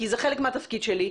כי זה חלק מהתפקיד שלי,